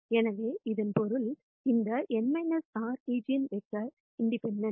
எனவே இதன் பொருள் இந்த n r ஈஜென்வெக்டர்களும் இண்டிபெண்டெண்ட்